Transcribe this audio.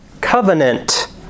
covenant